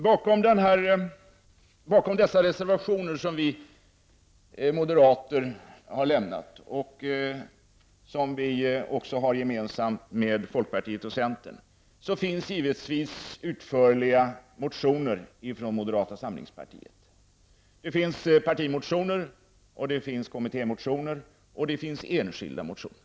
Bakom de reservationer som vi moderater har avgett eller har avgett gemensamt med folkpartiet och centern ligger givetvis utförliga motioner från moderata samlingspartiet. Det rör sig om partimotioner, kommittémotioner och enskilda motioner.